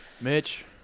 Mitch